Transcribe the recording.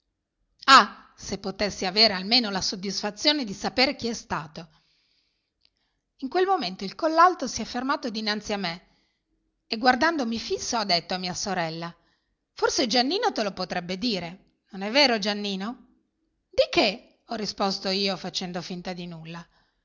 ah se potessi avere almeno la soddisfazione di sapere chi è stato in quel momento il collalto si è fermato dinanzi a me e guardandomi fisso ha detto a mia sorella forse giannino te lo potrebbe dire non è vero giannino di che ho risposto io facendo finta di nulla